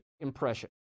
impression